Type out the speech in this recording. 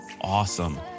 awesome